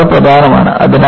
ഇത് വളരെ പ്രധാനമാണ്